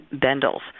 Bendel's